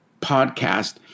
podcast